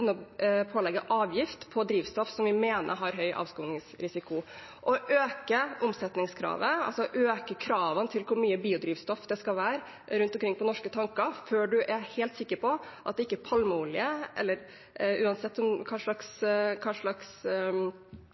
avgift på drivstoff som vi mener har høy avskogingsrisiko. Å øke omsetningskravet, altså øke kravet til hvor mye biodrivstoff det skal være rundt omkring på norske tanker før man er helt sikker på at det ikke er palmeolje, eller uansett hva slags